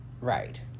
Right